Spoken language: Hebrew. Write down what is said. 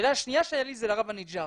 השאלה השנייה שיש לי זה לרב אניג'ר.